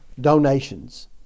donations